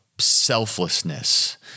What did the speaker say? selflessness